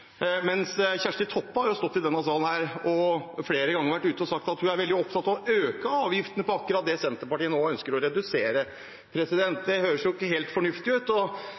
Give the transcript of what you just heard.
flere ganger sagt at hun er veldig opptatt av å øke avgiftene på akkurat det som Senterpartiet nå ønsker å redusere. Det høres ikke helt fornuftig ut. Trygve Slagsvold Vedum vil tilbake til der man var, men det var grensehandel også før man gjorde dette grepet, og